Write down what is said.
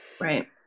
Right